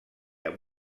amb